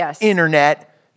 internet